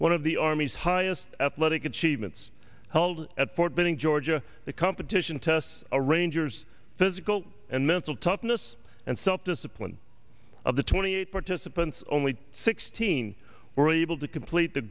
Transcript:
one of the army's highest athletic achievements held at fort benning georgia the competition tests arrangers physical and mental toughness and self discipline of the twenty eight participants only sixteen were able to complete the